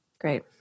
Great